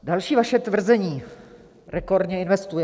Další vaše tvrzení: Rekordně investujeme.